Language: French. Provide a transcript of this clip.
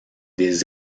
des